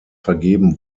vergeben